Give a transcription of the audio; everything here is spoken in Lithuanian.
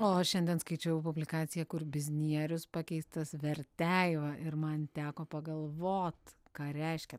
o aš šiandien skaičiau publikaciją kur biznierius pakeistas verteiva ir man teko pagalvot ką reiškia